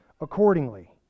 accordingly